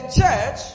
church